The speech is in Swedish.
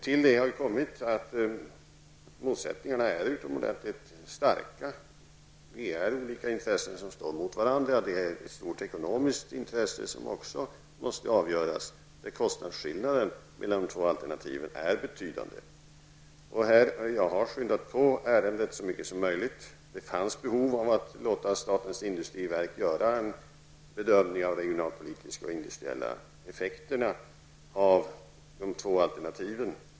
Till detta kommer att motsättningarna är utomordentligt starka. Olika intressen står emot varandra. Här finns ett stort ekonomiskt intresse som också måste avgöras. Kostnadsskillnaden mellan de två alternativen är betydande. Jag har skyndat på ärendet så mycket som möjligt. Det fanns behov av att låta statens industriverk göra en bedömning av regionalpolitiska och industriella effekter av de två alternativen.